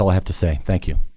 have to say, thank you.